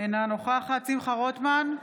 אינה נוכחת שמחה רוטמן,